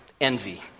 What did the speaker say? Envy